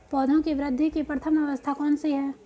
पौधों की वृद्धि की प्रथम अवस्था कौन सी है?